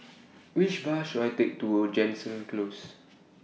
Which Bus should I Take to Jansen Close